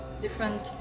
different